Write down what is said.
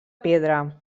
pedra